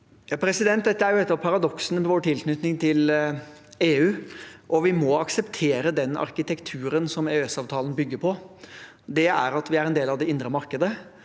Dette er et av paradoksene med vår tilknytning til EU. Vi må akseptere den arkitekturen som EØS-avtalen bygger på. Den er at vi er en del av det indre markedet,